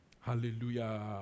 Hallelujah